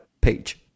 page